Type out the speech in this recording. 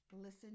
listen